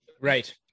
right